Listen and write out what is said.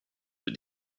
but